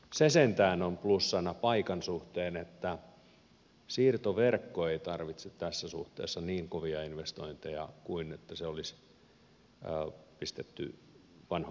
se sentään on plussana paikan suhteen että siirtoverkko ei tarvitse tässä suhteessa niin kovia investointeja kuin jos se olisi pistetty vanhoille paikoille